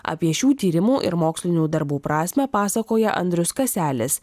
apie šių tyrimų ir mokslinių darbų prasmę pasakoja andrius kaselis